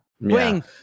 Wing